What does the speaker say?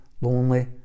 lonely